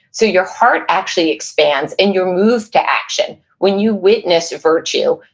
so your heart actually expands, and you're moved to action, when you witness virtue,